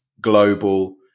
global